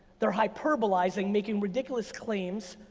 they're hyperbolizing, making ridiculous claims.